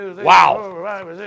Wow